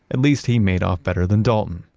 at least he made off better than dalton.